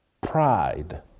pride